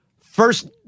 first